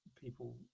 people